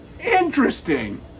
Interesting